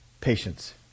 Patience